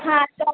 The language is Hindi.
हाँ तो